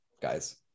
guys